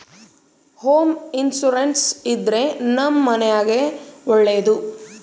home insurance ಇದ್ರೆ ನಮ್ ಮನೆಗ್ ಒಳ್ಳೇದು